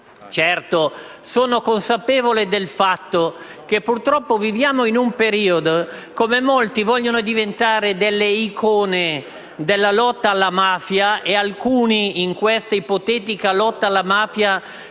sono consapevole del fatto che purtroppo viviamo in un periodo in cui molti vogliono diventare delle icone della lotta alla mafia e alcuni, in questa ipotetica lotta alla mafia,